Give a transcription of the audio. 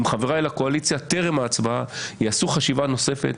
חבריי לקואליציה טרם ההצבעה יעשו חשיבה נוספת,